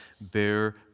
bear